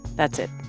that's it.